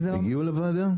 הגיעו לוועדה?